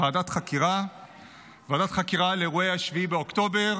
ועדת חקירה על אירועי 7 באוקטובר.